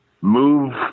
move